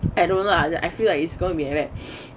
I don't know lah then I feel like it's gonna be like that